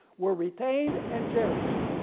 were retained and cherished.